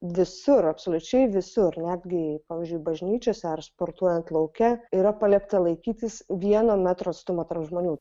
visur absoliučiai visur netgi pavyzdžiui bažnyčiose ar sportuojant lauke yra paliepta laikytis vieno metro atstumo tarp žmonių